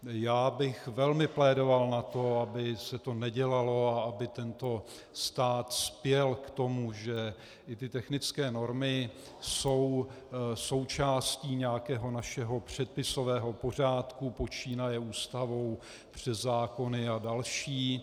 Já bych velmi plédoval pro to, aby se to nedělalo a aby tento stát spěl k tomu, že i technické normy jsou součástí nějakého našeho předpisového pořádku počínaje Ústavou přes zákony a další.